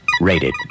Rated